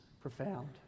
profound